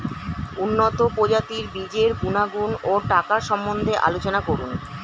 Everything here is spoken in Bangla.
উন্নত প্রজাতির বীজের গুণাগুণ ও টাকার সম্বন্ধে আলোচনা করুন